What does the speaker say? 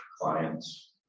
clients